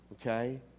Okay